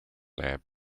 lab